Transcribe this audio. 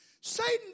Satan